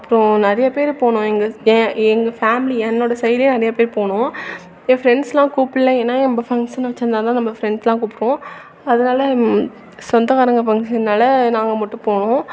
அப்புறோம் நிறைய பேர் போனோம் எங்கள் என் எங்கள் ஃபேம்லி என்னோடய சைடே நிறைய பேர் போனோம் என் ஃப்ரெண்ட்ஸ்லாம் கூப்பிட்ல ஏன்னா நம்ம ஃபங்க்ஷன் வச்சிருந்தாதான் நம்ம ஃப்ரெண்ட்லாம் கூப்பிடுவோம் அதனால் சொந்தக்காரங்க ஃபங்க்ஷன்னால் நாங்கள் மட்டும் போனோம்